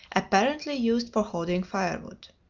apparently used for holding firewood.